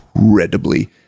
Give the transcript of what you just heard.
incredibly